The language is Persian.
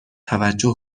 توجه